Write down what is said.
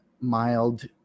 mild